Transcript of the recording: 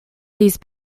these